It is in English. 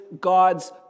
God's